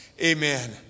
Amen